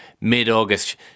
mid-August